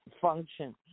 function